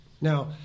Now